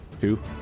two